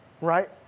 Right